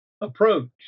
approach